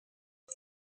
dos